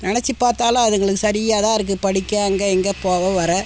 நினச்சுப் பார்த்தாலும் அதுங்களுக்கு சரியாக தான் இருக்குது படிக்க அங்கே இங்கே போக வர